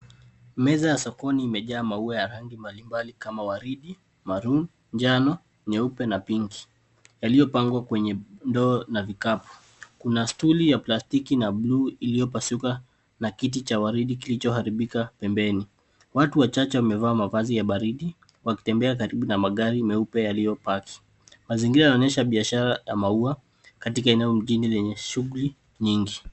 Meza ya sokoni imejaa maua ya rangi mbalimbali kama waridi, maroon ,njano, nyeupe na pinki yaliyopangwa kwenye ndoo na vikapu. Kuna stuli ya plastiki na blue iliyopasuka na kiti cha waridi kilichoharibika pembeni. Watu wachache wamevaa mavazi ya baridi wakitembea karibu na magari meupe yaliyopaki. Mazingira yanaonyesha biashara ya maua katika eneo mjini lenye shughuli nyingi.